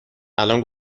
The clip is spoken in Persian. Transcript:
الان